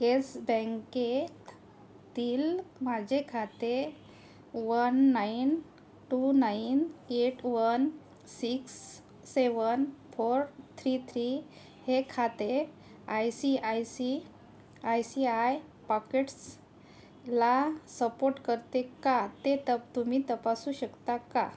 yes बँकेतील माझे खाते one nine two nine eight one six seven four three three हे खाते I C I C I C I पॉकेटसला support करते का ते तप तुम्ही तपासू शकता का